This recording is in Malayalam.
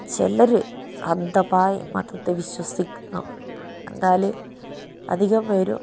ചിലര് അന്ധമായി മതത്തെ വിശ്വസിക്കുന്നു എന്നാല് അധികം പേരും